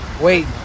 Wait